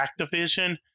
Activision